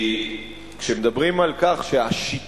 כי כשמדברים על כך שהשיטה,